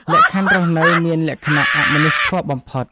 លក្ខខណ្ឌរស់នៅមានលក្ខណៈអមនុស្សធម៌បំផុត។